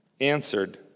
answered